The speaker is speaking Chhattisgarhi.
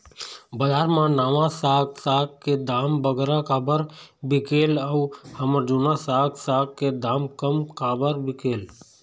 बजार मा नावा साग साग के दाम बगरा काबर बिकेल अऊ हमर जूना साग साग के दाम कम काबर बिकेल?